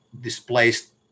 displaced